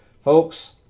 Folks